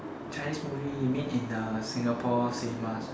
chinese movie you mean in Singapore cinemas ah